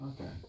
Okay